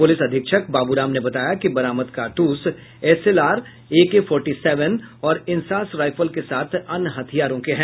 police अधीक्षक बाबू राम ने बताया कि बरामद कारतूस एसएलआर एके फोरटी सेवेन और इंसास राइफल के साथ अन्य हथियारों के है